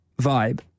vibe